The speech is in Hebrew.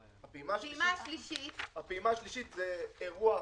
הפעימה השלישית היא אירוע אחר,